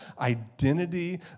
identity